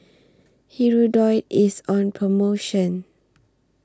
Hirudoid IS on promotion